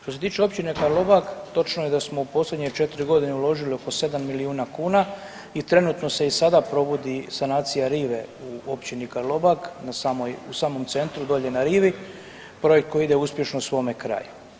Što se tiče Općine Karlobag točno je da smo u posljednje četiri godine uložili oko 7 milijuna kuna i trenutno se i sada provodi sanacija rive u Općini Karlobag u samom centru dolje na rivi, projekt koji ide uspješno svome kraju.